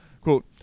quote